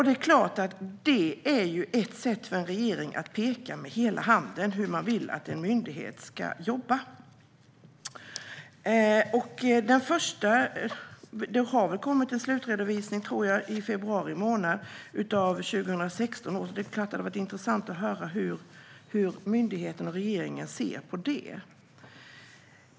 Det är klart att det är ett sätt för en regering att peka med hela handen hur den vill att en myndighet ska jobba. Jag tror att det har kommit en slutredovisning i februari månad för 2016. Det är klart att det hade varit intressant att höra hur myndigheten och regeringen ser på det.